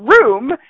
room